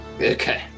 Okay